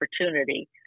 opportunity